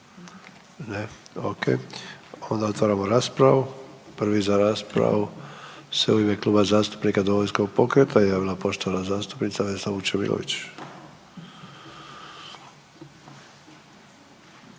Ne, okej. Onda otvaramo raspravu. Prvi za raspravu se u ime Kluba zastupnika Domovinskog pokreta javila poštovana zastupnica Vesna Vučemilović.